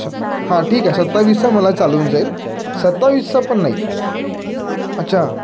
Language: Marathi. अच्छा हां ठीक आहे सत्तावीसचा मला चालून जाईल सत्तावीसचा पण नाही अच्छा